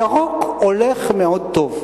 ירוק הולך מאוד טוב.